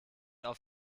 auf